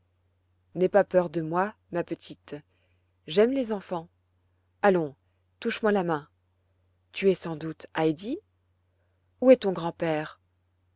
n'aie pas peur de moi ma petite j'aime les enfants allons touche moi la main tu es sans doute heidi où est ton grand-père